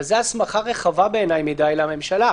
זו הסמכה רחבה בעיניי מדיי לממשלה.